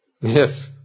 Yes